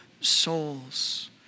souls